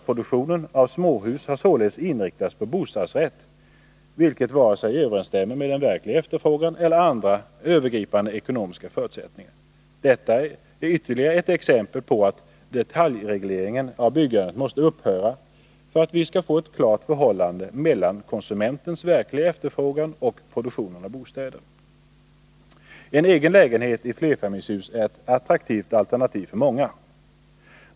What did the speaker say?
Produktionen av bostäder i småhus har således inriktats på bostadsrätt, vilket inte överensstämmer med vare sig den verkliga efterfrågan eller andra övergripande ekonomiska förutsättningar. Detta är ytterligare ett exempel på att detaljregleringen av byggandet måste upphöra för att vi skall få ett klart förhållande mellan konsumentens verkliga efterfrågan och produktionen av bostäder. En egen lägenhet i flerfamiljshus är ett attraktivt alternativ för många.